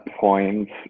points